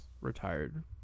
retired